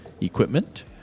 equipment